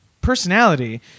personality